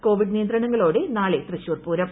Covid നിയന്ത്രണങ്ങളോടെ നാളെ തൃശൂർ പൂരം